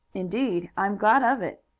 indeed! i am glad of it.